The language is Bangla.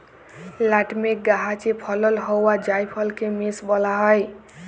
লাটমেগ গাহাচে ফলল হউয়া জাইফলকে মেস ব্যলা হ্যয়